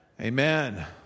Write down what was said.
Amen